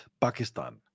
Pakistan